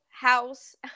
house